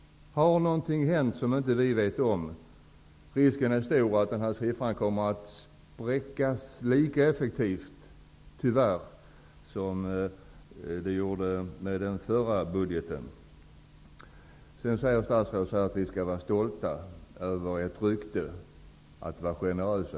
Har något hänt som vi inte känner till? Risken är stor att den här siffran kommer att spräckas lika effektivt, tyvärr, som var fallet med den förra budgeten. Statsrådet säger att vi skall vara stolta över vårt rykte, dvs. över att vi anses vara generösa.